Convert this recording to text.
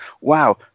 wow